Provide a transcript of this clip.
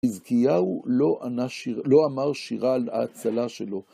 יחזקיהו לא אמר שירה על ההצלה שלו.